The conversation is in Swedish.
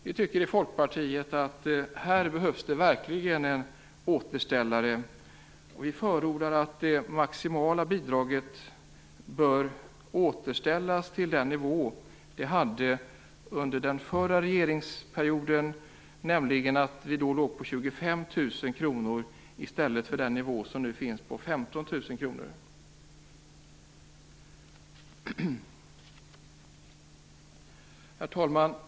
Vi i Folkpartiet tycker att det verkligen behövs en återställare här. Vi förordar att det maximala bidraget bör återställas till den nivå det hade under den förra regeringsperioden. Då låg det på 25 000 kr i stället för Herr talman!